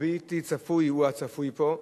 הבלתי צפוי הוא הצפוי פה,